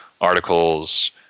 articles